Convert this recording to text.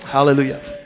Hallelujah